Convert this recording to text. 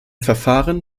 verfahren